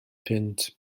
punt